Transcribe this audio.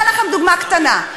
אתן לכם דוגמה קטנה: